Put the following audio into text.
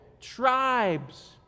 tribes